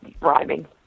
rhyming